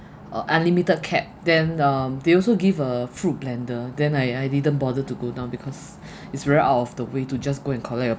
uh unlimited cap then um they also give a fruit blender then I I didn't bother to go down because it's very out of the way to just go and collect a